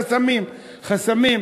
חסמים, חסמים.